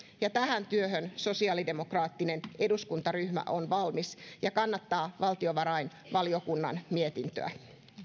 ja tähän työhön sosiaalidemokraattinen eduskuntaryhmä on valmis ja kannattaa valtiovarainvaliokunnan mietintöä